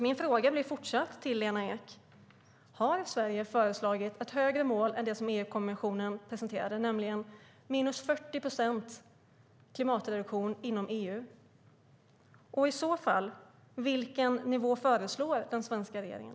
Min fråga till Lena Ek blir därför fortsatt: Har Sverige föreslagit ett högre mål än det som EU-kommissionen presenterade, nämligen 40 procent klimatreduktion inom EU? I så fall, vilken nivå föreslår den svenska regeringen?